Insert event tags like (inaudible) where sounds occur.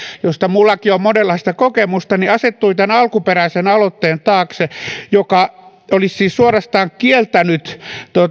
josta minullakin on monenlaista kokemusta asettui tämän alkuperäisen aloitteen taakse (unintelligible) (unintelligible) joka olisi siis suorastaan kieltänyt